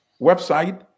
website